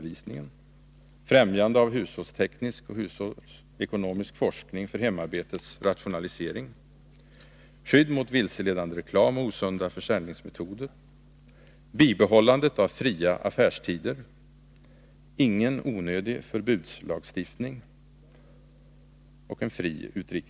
Ingen onödig förbudslagstiftning.